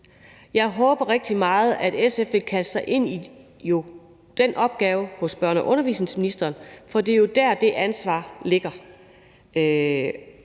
Jeg håber rigtig meget, at SF vil kaste sig ind i den opgave, der ligger ved børne- og undervisningsministeren, for det er jo der, det ansvar ligger.